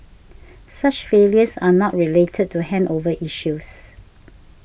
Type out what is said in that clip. such failures are not related to handover issues